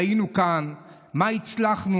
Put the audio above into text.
כשאנחנו יודעים שאנחנו כבר מגיעים